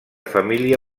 família